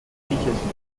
griechischen